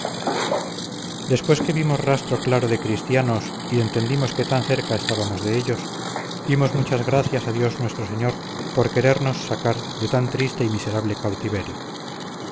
después que vimos rastro claro de cristianos y entendimos que tan cerca estábamos de ellos dimos muchas gracias a dios nuestro señor por querernos sacar de tan triste y miserable cautiverio